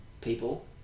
people